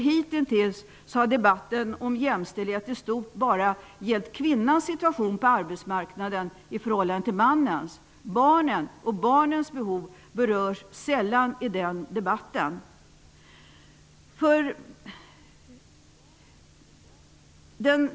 Hitintills har debatten om jämställdhet i stort enbart gällt kvinnans situation på arbetsmarknaden i förhållande till mannens. Barnen och deras behov berörs sällan i den debatten.